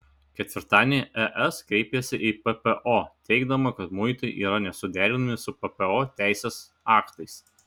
ketvirtadienį es kreipėsi į ppo teigdama kad muitai yra nesuderinami su ppo teisės aktais